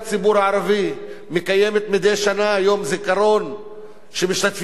מקיימות מדי שנה יום זיכרון שמשתתפים בו אלפים.